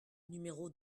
numéro